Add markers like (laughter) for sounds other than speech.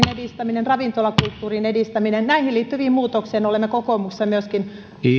(unintelligible) edistäminen ravintolakulttuurin edistäminen näihin liittyviin muutoksiin olemme kokoomuksessa myöskin